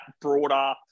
broader